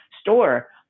store